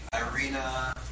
Irina